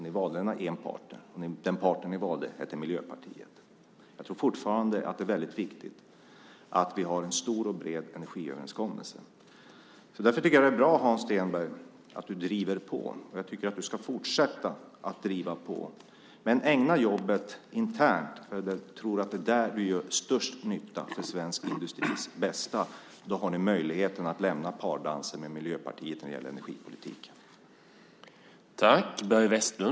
Ni valde en partner, och den partner ni valde hette Miljöpartiet. Jag tror fortfarande att det är väldigt viktigt att vi har en stor och bred energiöverenskommelse. Därför är det bra, Hans Stenberg, att du driver på. Jag tycker att du ska fortsätta att driva på. Men gör jobbet internt! Jag tror att det är där du gör störst nytta för svensk industris bästa. Då har ni möjlighet att lämna pardansen med Miljöpartiet när det gäller energipolitiken.